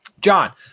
John